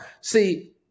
See